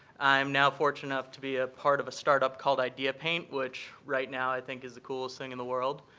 i am now fortunate enough to be a part of a start-up called idea paint which right now i think is the coolest thing in the world.